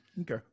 Okay